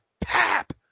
Pap